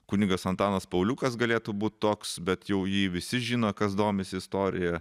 kunigas antanas pauliukas galėtų būt toks bet jau jį visi žino kas domisi istorija